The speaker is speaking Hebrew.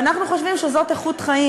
ואנחנו חושבים שזאת איכות חיים.